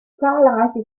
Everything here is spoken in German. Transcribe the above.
zahlreiche